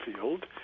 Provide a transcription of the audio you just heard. field